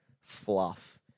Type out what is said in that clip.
fluff